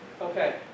okay